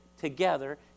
together